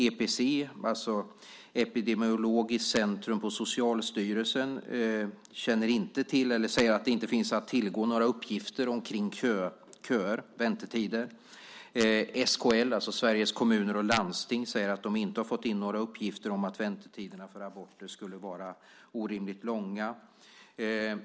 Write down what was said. EPC, Epidemiologiskt Centrum på Socialstyrelsen, säger att det inte finns några uppgifter om köer och väntetider. SKL, Sveriges kommuner och landsting, säger att man inte har fått in några uppgifter om att väntetiderna för aborter är orimligt långa.